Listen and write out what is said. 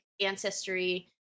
ancestry